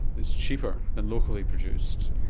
it's cheaper than locally produced?